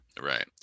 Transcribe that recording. right